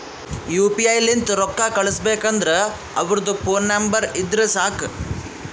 you P I ಲಿಂತ್ ರೊಕ್ಕಾ ಕಳುಸ್ಬೇಕ್ ಅಂದುರ್ ಅವ್ರದ್ ಫೋನ್ ನಂಬರ್ ಇದ್ದುರ್ ಸಾಕ್